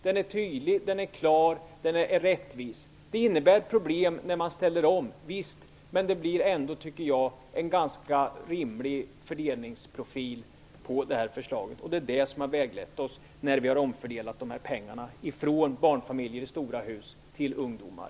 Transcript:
Den är tydlig, klar och rättvis. Det innebär problem vid omställningen, visst. Men förslaget innebär ändå en ganska rimlig fördelningsprofil, vilket har väglett oss när vi har omfördelat pengarna från barnfamiljer i stora hus till ungdomar.